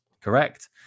correct